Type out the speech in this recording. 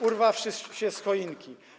urwawszy się z choinki.